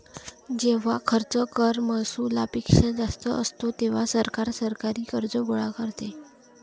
जेव्हा खर्च कर महसुलापेक्षा जास्त असतो, तेव्हा सरकार सरकारी कर्ज गोळा करते